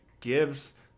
gives